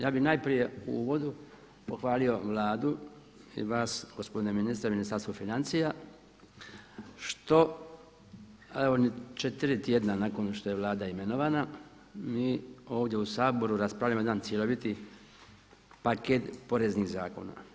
Ja bih najprije u uvodu pohvalio Vladu i vas gospodine ministre, Ministarstvo financija što evo ni četiri tjedna nakon što je Vlada imenovana mi ovdje u Saboru raspravljamo jedan cjeloviti paket poreznih zakona.